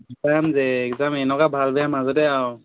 exam যে exam এনেকুৱা ভাল বেয়া মাজতে আৰু